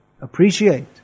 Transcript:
appreciate